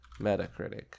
Metacritic